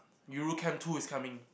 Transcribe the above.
Yuru-camp two is coming